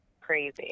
crazy